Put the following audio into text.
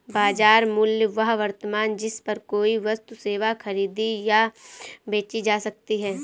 बाजार मूल्य वह वर्तमान जिस पर कोई वस्तु सेवा खरीदी या बेची जा सकती है